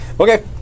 Okay